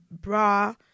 bra